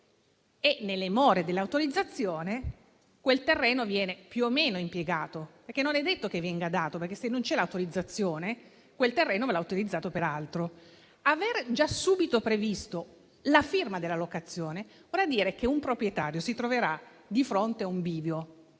e, nelle more dell'autorizzazione, quel terreno viene più o meno impiegato; non è detto che venga dato: se non c'è l'autorizzazione, quel terreno verrà utilizzato per altro. Aver subito previsto la firma della locazione comporta che un proprietario si troverà di fronte a un bivio: